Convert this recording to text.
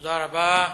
תודה רבה.